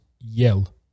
yell